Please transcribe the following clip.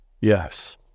Yes